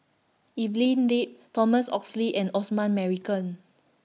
Evelyn Lip Thomas Oxley and Osman Merican